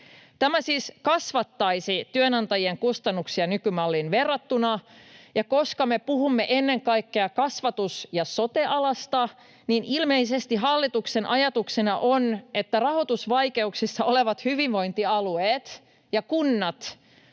Tämä siis kasvattaisi työnantajien kustannuksia nykymalliin verrattuna, ja koska me puhumme ennen kaikkea kasvatus- ja sote-alasta, niin ilmeisesti hallituksen ajatuksena on, että rahoitusvaikeuksissa olevat hyvinvointialueet ja kunnat